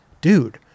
dude